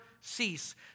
cease